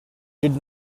did